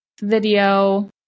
video